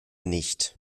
nicht